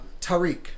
Tariq